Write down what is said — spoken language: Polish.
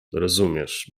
rozumiesz